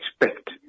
expect